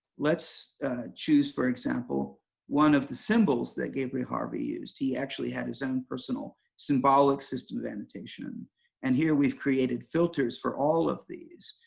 let's choose. for example one of the symbols that gabriel harvey used. he actually had his own personal symbolic system of annotation and here we've created filters for all of these.